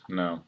no